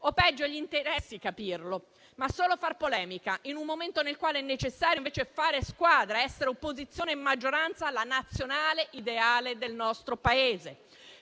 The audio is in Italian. o, peggio, che a loro interessi capirlo, anziché fare solo polemica - in un momento nel quale è necessario invece fare squadra ed essere, opposizione e maggioranza, la nazionale ideale del nostro Paese.